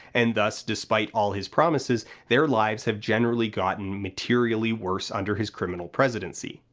and thus despite all his promises their lives have generally gotten materially worse under his criminal presidency.